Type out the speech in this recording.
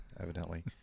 evidently